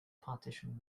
partition